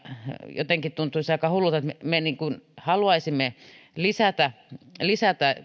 jotenkin tuntuisi aika hullulta että me haluaisimme lisätä lisätä